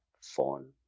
phone